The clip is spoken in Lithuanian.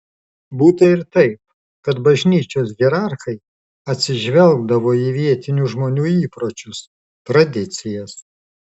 būta ir taip kad bažnyčios hierarchai atsižvelgdavo į vietinių žmonių įpročius tradicijas